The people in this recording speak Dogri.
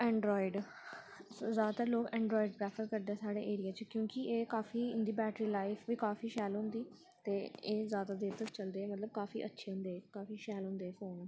ऐंड्रायड जादातर लोक ऐंड्रायड प्रैफर करदे साढ़े एरिया च क्योंकि एह् कापी इं'दी बैटरी लाइफ बी काफी शैल होंदी ते एह् जादा देर तक चलदे ऐ मतलब काफी अच्छे होंदे एह् काफी शैल होंदे एह् फोन